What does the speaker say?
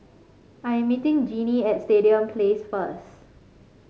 I am meeting Jinnie at Stadium Place first